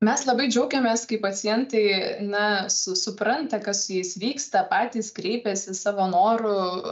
mes labai džiaugiamės kai pacientai na su supranta kas su jais vyksta patys kreipiasi savo noru